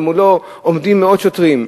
ומולו עומדים מאות שוטרים.